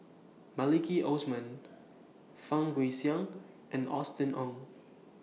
Maliki Osman Fang Guixiang and Austen Ong